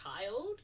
child